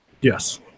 Yes